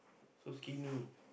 so skinny